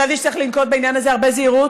חשבתי שצריך לנקוט בעניין הזה הרבה זהירות,